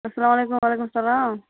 السلامُ علیکُم وعلیکُم السلام